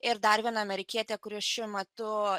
ir dar viena amerikietė kuri šiuo metu